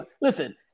listen